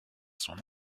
son